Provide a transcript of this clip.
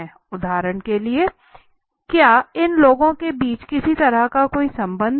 उदाहरण के लिए क्या इन लोगों के बीच किसी तरह का कोई संबंध है